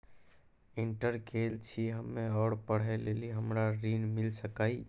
Inter केल छी हम्मे और पढ़े लेली हमरा ऋण मिल सकाई?